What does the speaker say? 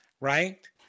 Right